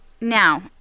now